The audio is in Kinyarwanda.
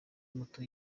muto